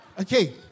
Okay